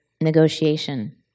negotiation